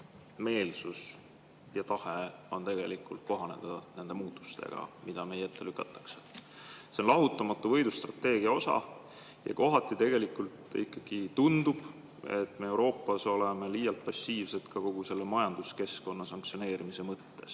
meelsus ja tahe on kohaneda nende muutustega, mida meie ette lükatakse. See on lahutamatu võidustrateegia osa. Ja kohati ikkagi tundub, et me Euroopas oleme liialt passiivsed kogu selle majanduskeskkonna sanktsioneerimise mõttes.